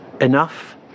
Enough